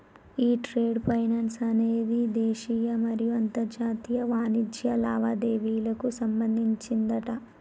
ఈ trade finance అనేది దేశీయ మరియు అంతర్జాతీయ వాణిజ్య లావాదేవీలకు సంబంధించిందట